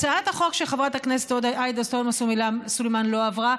אז הצעת החוק של חברת הכנסת עאידה תומא סלימאן לא עברה,